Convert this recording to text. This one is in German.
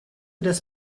des